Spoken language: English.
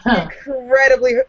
incredibly